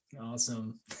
Awesome